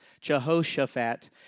Jehoshaphat